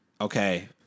Okay